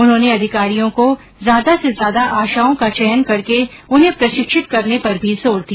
उन्होंने अधिकारियों को ज्यादा से ज्यादा आशाओं का चयन करके उन्हें प्रशिक्षित करने पर भी जोर दिया